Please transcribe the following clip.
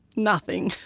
nothing.